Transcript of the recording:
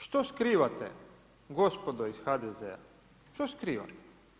Što skrivate gospodo iz HDZ-a, što skrivate?